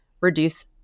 reduce